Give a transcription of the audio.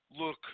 look